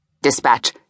Dispatch